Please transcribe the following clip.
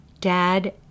dad